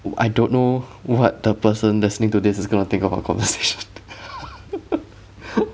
I don't know what the person listening to this is gonna think about our conversation